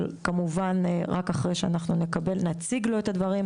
וכמובן רק אחרי שנציג לו את הדברים,